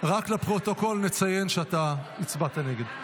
רק לפרוטוקול נציין שאתה הצבעת נגד.